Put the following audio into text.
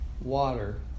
Water